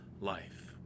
life